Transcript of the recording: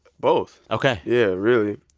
both ok yeah, really.